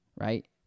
right